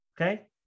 Okay